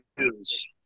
news